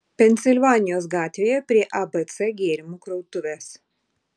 pensilvanijos gatvėje prie abc gėrimų krautuvės